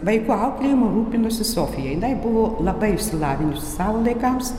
vaikų auklėjimu rūpinosi sofija jinai buvo labai išsilavinusi savo laikams